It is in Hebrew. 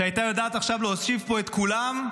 שהייתה יודעת להושיב פה את כולם,